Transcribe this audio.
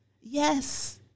yes